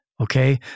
Okay